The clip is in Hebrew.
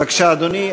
בבקשה, אדוני.